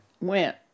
went